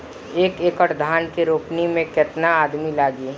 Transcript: एक एकड़ धान के रोपनी मै कितनी आदमी लगीह?